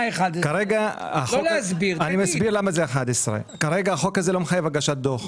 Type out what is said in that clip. כרגע החוק הזה לא מחייב הגשת דוח,